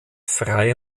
frei